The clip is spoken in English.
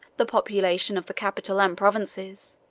the population of the capital and provinces,